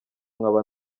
nkaba